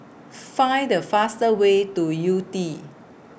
Find The faster Way to Yew Tee